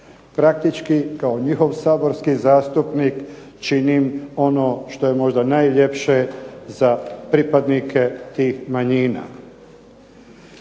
Praktički kao njihov saborski zastupnik činim ono što je možda najljepše za pripadnike tih manjina.